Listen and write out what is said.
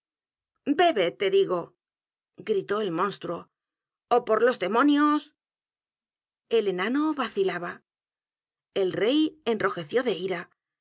e te digo gritó el monstruo ó por los demonios el enano vacilaba el rey enrojeció de ira